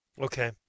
Okay